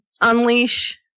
unleash